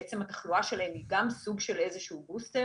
בעצם התחלואה שלהם היא גם סוג של איזשהו בוסטר.